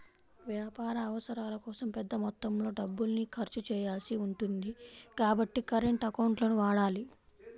వ్యాపార అవసరాల కోసం పెద్ద మొత్తంలో డబ్బుల్ని ఖర్చు చేయాల్సి ఉంటుంది కాబట్టి కరెంట్ అకౌంట్లను వాడాలి